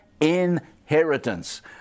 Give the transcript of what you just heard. inheritance